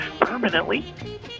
permanently